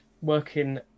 working